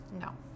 no